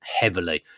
heavily